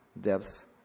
depths